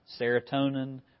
serotonin